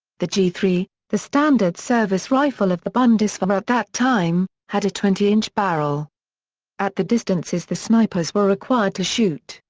the g three, the standard service rifle of the bundeswehr at that time, had a twenty inch barrel at the distances the snipers were required to shoot,